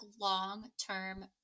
long-term